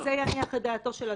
האם זה יניח את דעתו של אדוני?